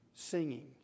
singing